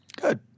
Good